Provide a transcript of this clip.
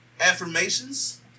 affirmations